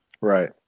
Right